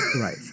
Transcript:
Right